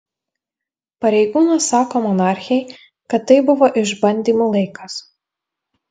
pareigūnas sako monarchei kad tai buvo išbandymų laikas